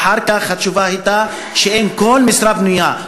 ואחר כך התשובה הייתה שאין כל משרה פנויה,